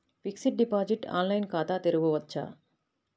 Fixed deposit online ఖాతా తెరువవచ్చా?